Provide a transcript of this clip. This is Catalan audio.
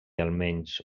almenys